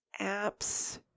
apps